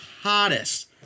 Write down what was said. hottest